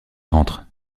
rentre